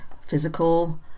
physical